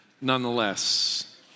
nonetheless